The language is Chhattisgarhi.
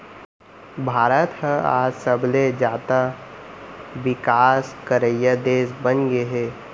भारत ह आज सबले जाता बिकास करइया देस बनगे हे